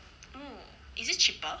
hmm is it cheaper